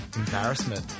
embarrassment